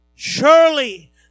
Surely